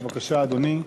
בבקשה, אדוני,